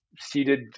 seated